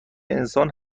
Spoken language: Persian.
انسان